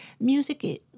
Music